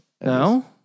No